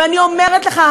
ואני אומרת לך,